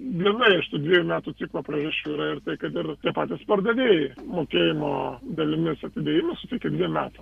viena iš tų dviejų metų ciklo priežasčių yra ir tai kad ir tie patys pardavėjai mokėjimo dalimis atidėjimą suteikia dviem metam